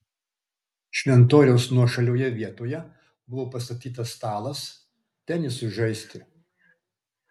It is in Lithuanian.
šventoriaus nuošalioje vietoje buvo pastatytas stalas tenisui žaisti